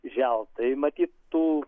želti tai matyt tų